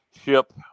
ship